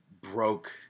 broke